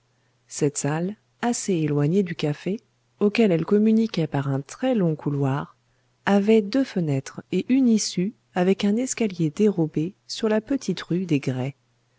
cette salle assez éloignée du café auquel elle communiquait par un très long couloir avait deux fenêtres et une issue avec un escalier dérobé sur la petite rue des